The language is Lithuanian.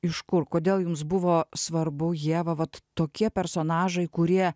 iš kur kodėl jums buvo svarbu ieva vat tokie personažai kurie